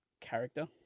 character